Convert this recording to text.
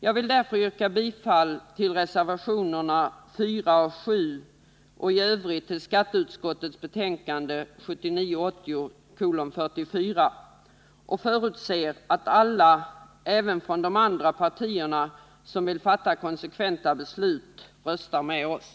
Jag vill därför yrka bifall till reservationerna 4 och 7 och i övrigt till skatteutskottets hemställan i betänkandet 1979/80:44, och jag förutsätter att alla — även från de andra partierna — som vill fatta konsekventa beslut röstar med oss.